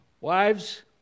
wives